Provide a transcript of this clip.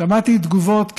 שמעתי תגובות,